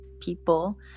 people